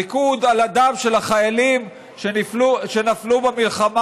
ריקוד על הדם של החיילים שנפלו במלחמה